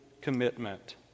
commitment